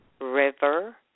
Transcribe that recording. River